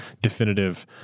definitive